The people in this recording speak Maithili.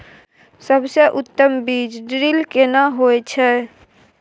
सबसे उत्तम बीज ड्रिल केना होए छै?